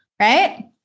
right